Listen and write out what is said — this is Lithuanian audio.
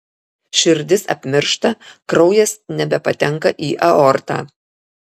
širdis apmiršta kraujas nebepatenka į aortą